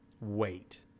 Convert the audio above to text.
wait